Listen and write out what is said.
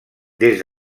des